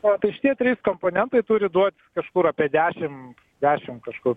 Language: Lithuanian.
va tai šie trys komponentai turi duot kažkur apie dešimt dešimt kažkur